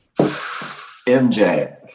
MJ